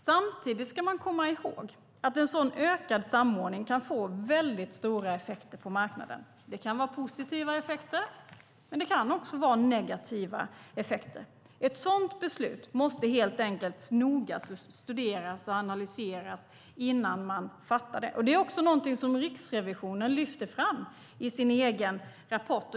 Samtidigt ska man komma ihåg att en sådan ökad samordning kan få stora effekter på marknaden. Det kan vara positiva effekter, och det kan också vara negativa effekter. Ett sådant beslut måste helt enkelt noga studeras och analyseras innan. Det är också något som Riksrevisionen lyfter fram i sin egen rapport.